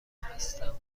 هستم